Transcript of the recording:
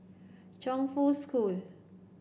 Chongfu School